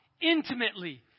intimately